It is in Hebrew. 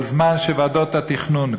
כל זמן שוועדות התכנון,